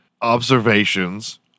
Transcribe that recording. observations